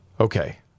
okay